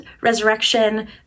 resurrection